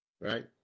right